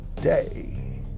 day